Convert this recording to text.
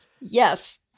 yes